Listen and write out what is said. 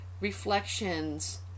reflections